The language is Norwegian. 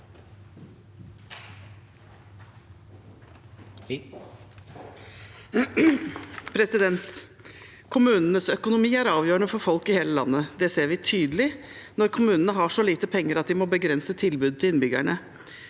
Kommunenes økonomi er avgjørende for folk i hele landet. Det ser vi tydelig når kommunene har så lite penger at de må begrense tilbudet til innbyggerne.